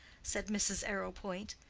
said mrs. arrowpoint.